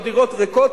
או דירות ריקות,